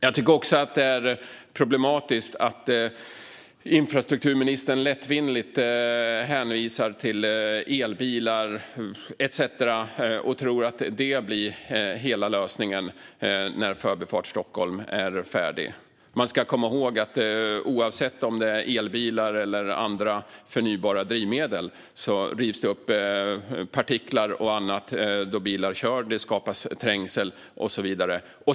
Det är också problematiskt att infrastrukturministern lättvindigt hänvisar till elbilar etcetera och tror att det blir hela lösningen när Förbifart Stockholm är färdig. Man ska komma ihåg att oavsett om det är fråga om elbilar eller andra förnybara drivmedel rivs partiklar upp när bilar kör, det skapas trängsel och så vidare.